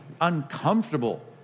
uncomfortable